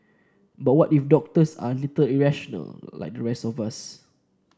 but what if doctors are a little irrational like the rest of us